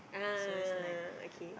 ah okay